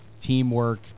teamwork